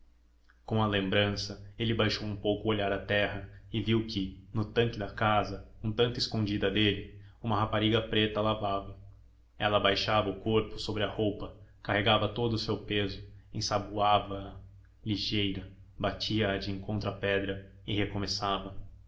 com a lembrança ele baixou um pouco o olhar à terra e viu que no tanque da casa um tanto escondida dele uma rapariga preta lavava ela abaixava o corpo sobre a roupa carregava todo o seu peso ensaboava a ligeira batia a de encontro à pedra e recomeçava